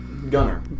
Gunner